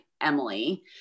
Emily